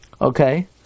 Okay